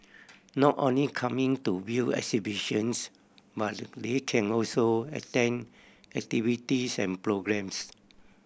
not only coming to view exhibitions but they can also attend activities and programmes